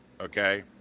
okay